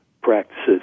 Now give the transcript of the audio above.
practices